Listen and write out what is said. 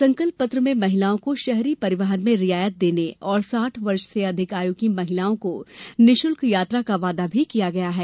संकल्प पत्र में महिलाओं को शहरी परिवहन में रियायत देने और साठ वर्ष से अधिक आयु की महिलाओं को निःशुल्क यात्रा का वादा भी किया गया है